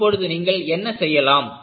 இப்பொழுது நீங்கள் என்ன செய்யலாம்